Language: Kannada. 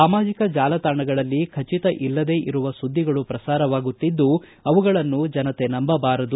ಸಾಮಾಜಿಕ ಜಾಲತಾಣಗಳಲ್ಲಿ ಖಚತ ಇಲ್ಲದೇ ಇರುವ ಸುದ್ದಿಗಳು ಪ್ರಸಾರವಾಗುತ್ತಿದ್ದು ಅವುಗಳನ್ನು ಜನತೆ ನಂಬಬಾರದು